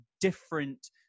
different